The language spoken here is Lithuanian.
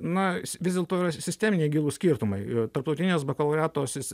na vis dėlto yra sis sisteminiai gilūs skirtumai i tarptautinės bakalaureato sis